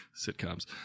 sitcoms